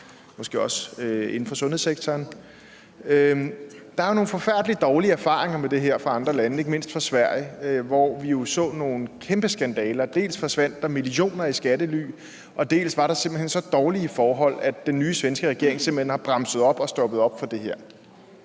måske også inden for sundhedssektoren. Der er jo nogle forfærdelig dårlige erfaringer med det fra andre lande, ikke mindst fra Sverige, hvor vi jo har set nogle kæmpe skandaler: Dels forsvandt der millioner af kroner i skattely, dels var der simpelt hen så dårlige forhold, at den nye svenske regering har bremset op og stoppet det.